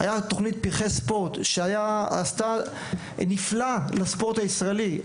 הייתה תכנית "פרחי ספורט" שעשתה נפלא לספורט הישראלי.